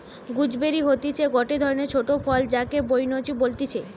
gooseberry হতিছে গটে ধরণের ছোট ফল যাকে বৈনচি বলতিছে